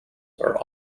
are